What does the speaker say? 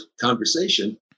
conversation